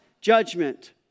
judgment